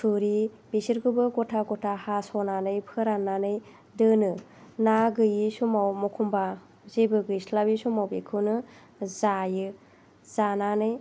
थुरि बेसोरखौबो गथा गथा हास'नानै फोराननानै दोनो ना गैयै समाव एखनबा जेबो गैस्लाबै समाव बेखौनो जायो जानानै